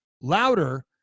louder